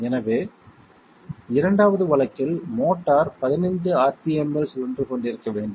எனவே 2வது வழக்கில் மோட்டார் 15 ஆர்பிஎம்மில் சுழன்று கொண்டிருக்க வேண்டும்